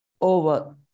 over